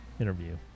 interview